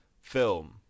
film